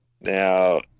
Now